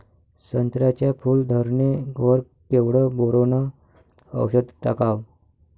संत्र्याच्या फूल धरणे वर केवढं बोरोंन औषध टाकावं?